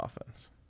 offense